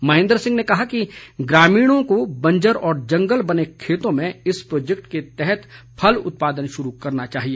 महेंद्र सिंह ने कहा कि ग्रामीणों को बंजर और जंगल बने खेतों में इस प्रोजेक्ट के तहत फल उत्पादन शुरू करना चाहिए